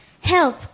Help